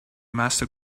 master